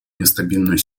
нестабильность